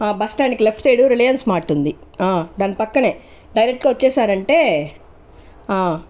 bus stand కి left side Reliance Mart ఉంది దాని పక్కనే డైరెక్ట్ గా వచ్చేశారంటే